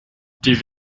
die